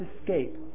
escape